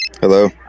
Hello